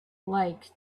like